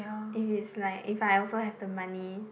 if it's like if I also have the money